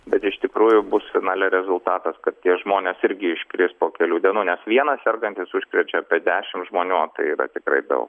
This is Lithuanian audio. bet iš tikrųjų bus finale rezultatas kad tie žmonės irgi iškris po kelių dienų nes vienas sergantis užkrečia apie dešimt žmonių o tai yra tikrai daug